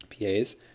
PAs